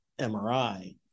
MRI